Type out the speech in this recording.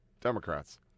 Democrats